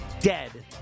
dead